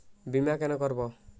বিমা কেন করব?